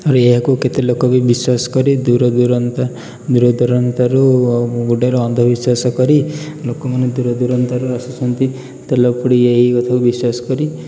ତା'ପରେ ଏହାକୁ କେତେ ଲୋକ ବି ବିଶ୍ୱାସ କରି ଦୂରଦୂରାନ୍ତ ଦୂରଦୂରାନ୍ତରୁ ଗୋଟେ ଅନ୍ଧ ବିଶ୍ୱାସ କରି ଲୋକମାନେ ଦୂର ଦୂରାନ୍ତରୁ ଆସୁଛନ୍ତି ତେଲ ପୋଡ଼ି ଏହିକଥା ବିଶ୍ୱାସ କରି